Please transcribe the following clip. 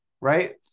Right